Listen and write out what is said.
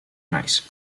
naiz